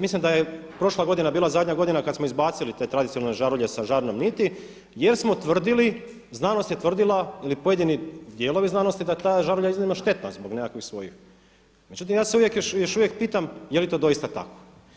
mislim da je prošla godina bila zadnja godina kada smo izbacili te tradicionalne žarulje sa žarnom niti jer smo tvrdili, znanost je tvrdila ili pojedini dijelovi znanosti da je ta žarulja iznimno štetna zbog nekakvih svojih, međutim ja se još uvijek pitam jeli to doista tako.